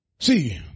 See